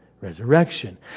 resurrection